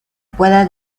puede